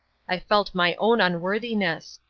i felt my own unworthiness.